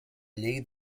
llei